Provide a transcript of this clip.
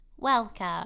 Welcome